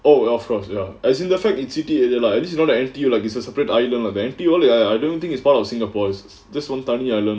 oh of course ya as in effect in city area like this you know the auntie you like this a separate island or the only I I don't think is part of singapore's just one tiny island or